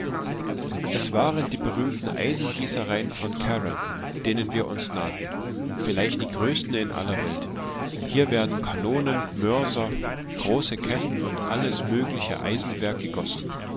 es waren die berühmten eisengießereien von carron denen wir uns nahten vielleicht die größten in aller welt hier werden kanonen mörser große kessel und alles mögliche eisenwerk gegossen